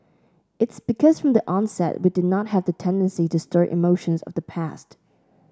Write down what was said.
it's because from the onset we did not have the tendency to stir emotions of the past